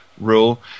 rule